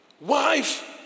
Wife